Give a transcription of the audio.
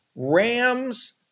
Rams